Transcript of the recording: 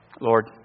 Lord